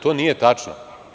To nije tačno.